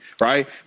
right